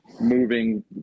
moving